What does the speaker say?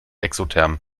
exotherm